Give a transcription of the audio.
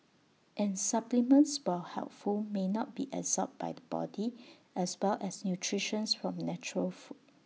and supplements while helpful may not be absorbed by the body as well as nutrition from natural food